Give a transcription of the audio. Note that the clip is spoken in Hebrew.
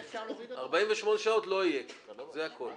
48 שעות לא יהיה, זה הכל.